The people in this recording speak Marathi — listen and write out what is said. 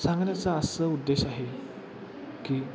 सांगण्याचा असा उद्देश आहे की